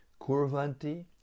kurvanti